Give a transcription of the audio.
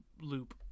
loop